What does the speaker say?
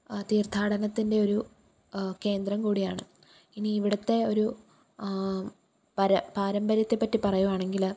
തീർത്ഥാടനത്തിൻ്റെ ഒരു കേന്ദ്രം കൂടിയാണ് ഇനി ഇവിടുത്തെ ഒരു പാരമ്പര്യത്തെ പറ്റി പറയുവാണെങ്കിൽ